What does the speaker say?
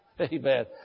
Amen